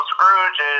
Scrooge